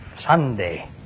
Sunday